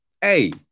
Hey